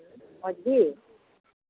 ᱢᱚᱡᱽ ᱜᱮ